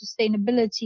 sustainability